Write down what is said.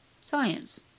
science